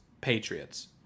Patriots